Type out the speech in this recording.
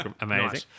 amazing